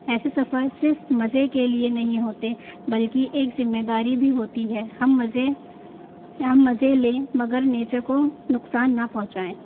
ایسے سفر صرف مزے کے لیے نہیں ہوتے بلکہ ایک ذمہ داری بھی ہوتی ہے ہم مزے ہم مزے لیں مگر نیچر کو نقصان نہ پہنچائیں